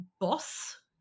boss